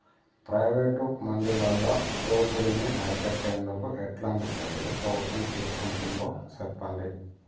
Private మండీలలో దోపిడీ ని అరికట్టేందుకు ఎట్లాంటి చర్యలు ప్రభుత్వం తీసుకుంటుందో చెప్పండి?